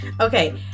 Okay